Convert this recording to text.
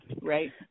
Right